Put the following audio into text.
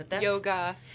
Yoga